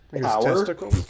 power